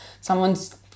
Someone's